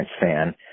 fan